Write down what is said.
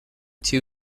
two